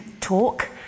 talk